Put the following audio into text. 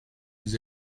vous